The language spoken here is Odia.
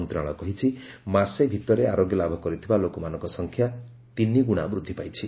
ମନ୍ତ୍ରଣାଳୟ କହିଛି ମାସେ ଭିତରେ ଆରୋଗ୍ୟ ଲାଭ କରିଥିବା ଲୋକମାନଙ୍କ ସଂଖ୍ୟା ତିନିଗୁଣା ବୃଦ୍ଧି ପାଇଛି